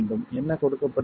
என்ன கொடுக்கப்படுகிறது